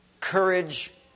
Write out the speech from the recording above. courage